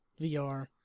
VR